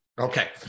Okay